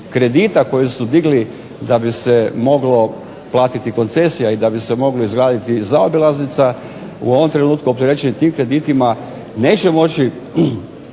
kredita koji su digli da bi se moglo platiti koncesija i da bi se mogla izgraditi zaobilaznica u ovom trenutku opterećuje tim kreditima i neće moći